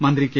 മന്ത്രി കെ